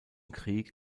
krieg